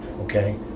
okay